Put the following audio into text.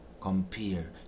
compare